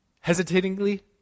hesitatingly